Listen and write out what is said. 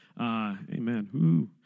Amen